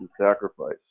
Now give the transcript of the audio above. sacrifice